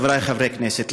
חבריי חברי הכנסת,